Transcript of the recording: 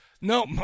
No